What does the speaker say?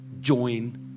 join